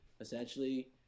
essentially